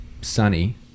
sunny